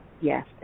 Yes